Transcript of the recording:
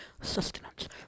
sustenance